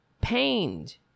pained